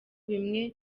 bimwe